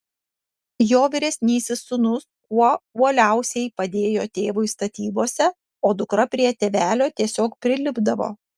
jo vyresnis sūnus kuo uoliausiai padėjo tėvui statybose o dukra prie tėvelio tiesiog prilipdavo